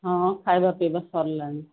ହଁ ଖାଇବା ପିଇବା ସରିଲାଣି